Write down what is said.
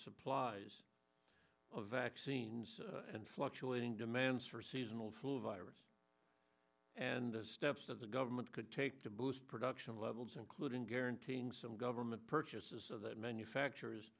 supplies of vaccines and fluctuating demands for seasonal flu virus and the steps of the government could take to boost production levels including guaranteeing some government purchases so that manufacturers